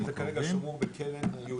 כי זה כרגע שמור בקרן ייעודית.